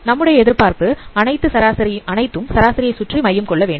நம்முடைய எதிர்பார்ப்பு அனைத்தும் சராசரியை சுற்றி மையம் கொள்ள வேண்டும்